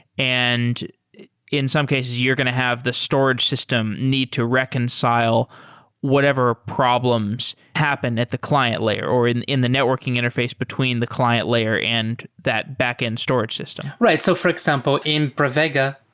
and in some cases, you're going to have the storage system need to reconcile whatever problems happened at the client layer or in in the networking interface between the client layer and that backend storage system right. so for example, in pravega,